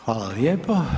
Hvala lijepo.